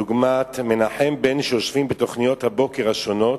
דוגמת מנחם בן, שיושבים בתוכניות הבוקר השונות,